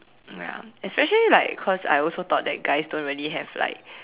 ya especially like cause I also thought that guys don't really have like